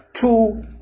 two